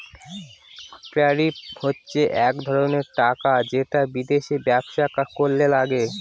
tariff হচ্ছে এক ধরনের টাকা যেটা বিদেশে ব্যবসা করলে লাগে